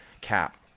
cap